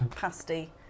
pasty